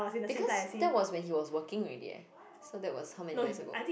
because that was when he was working already eh so that was how many years ago